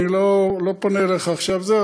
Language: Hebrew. אני לא פונה אליך עכשיו בזה,